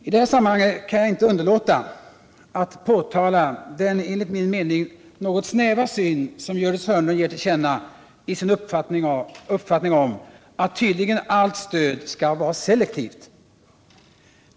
I det här sammanhanget kan jag inte underlåta att påtala den enligt min mening något snäva syn som Gördis Hörnlund ger till känna i sin uppfattning att tydligen allt stöd skall vara selektivt.